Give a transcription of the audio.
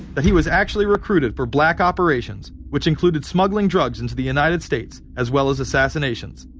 that he was actually recruited for black operations, which included smuggling drugs into the united states. as well as assassinations.